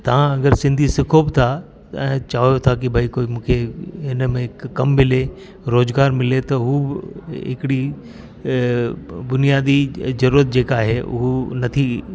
तव्हां अगरि सिंधी सिखो बि था त ऐं चाहियो था की भई कोई मूंखे हिन में कमु मिले रोज़गार मिले त उहा हिकिड़ी बुनियादी ज़रूरत जेका आहे उहा नथी